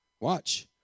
Watch